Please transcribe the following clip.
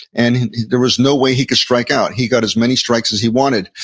and there was no way he could strike out. he got as many strikes as he wanted,